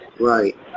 right